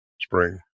spring